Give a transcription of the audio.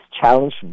challenge